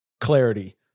clarity